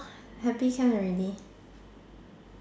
happy can already